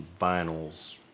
vinyls